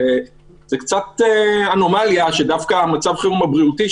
זאת אנומליה שדווקא מצב חירום בריאותי,